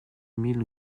mille